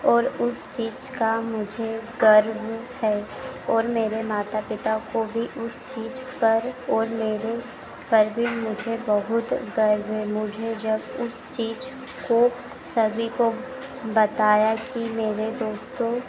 और उस चीज़ का मुझे गर्व है और मेरे माता पिता को भी उस चीज़ पर और मेरे पर भी मुझे बहुत गर्व है मुझे जब उस चीज़ को सभी को बताया कि मेरे दोस्तों